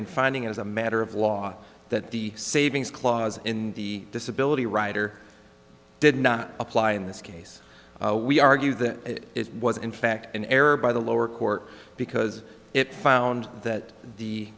in finding as a matter of law that the savings clause in the disability rider did not apply in this case we argued that it was in fact an error by the lower court because it found that the